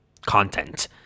content